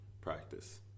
practice